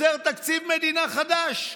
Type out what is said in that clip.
יוצר תקציב מדינה חדש.